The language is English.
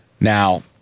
Now